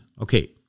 Okay